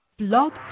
Blog